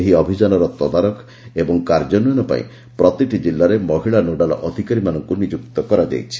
ଏହି ଅଭିଯାନର ତଦାରଖ ଓ କାର୍ଯାନ୍ୱୟନ ପାଇଁ ପ୍ରତିଟି କିଲ୍ଲାରେ ମହିଳାନୋଡାଲ୍ ଅଧିକାରୀମାନଙ୍କୁ ନିଯୁକ୍ତ କରାଯାଇଛି